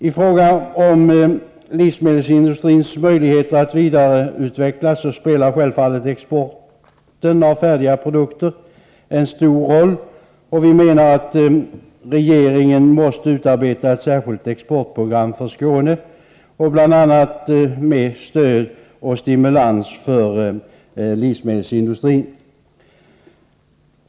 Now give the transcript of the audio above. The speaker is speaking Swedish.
I fråga om livsmedelsindustrins möjligheter att vidareutvecklas spelar självfallet exporten av färdiga produkter en stor roll. Vi menar att regeringen måste utarbeta ett särskilt exportprogram för Skåne, bl.a. med stöd och stimulans till livsmedelsindustrin.